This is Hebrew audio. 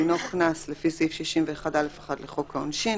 דינו קנס לפי סעיף 61(א)(1) לחוק העונשין,